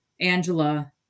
Angela